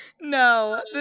No